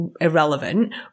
irrelevant